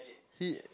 he